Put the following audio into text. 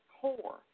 core